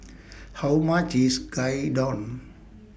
How much IS Gyudon